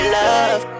love